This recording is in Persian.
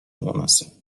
مناسب